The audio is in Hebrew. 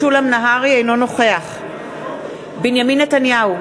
אינו נוכח בנימין נתניהו,